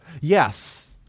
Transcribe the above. Yes